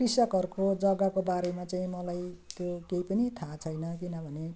कृषकहरूको जग्गाको बारेमा चाहिँ मलाई त्यो केही पनि थाहा छैन किनभने